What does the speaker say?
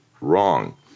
wrong